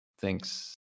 thanks